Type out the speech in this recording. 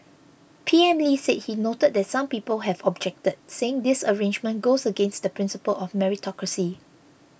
P M Lee said he noted that some people have objected saying this arrangement goes against the principle of meritocracy